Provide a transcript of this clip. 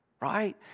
Right